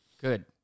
Good